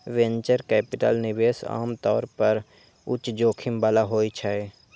venture capital निवेश आम तौर पर उच्च जोखिम बला होइ छै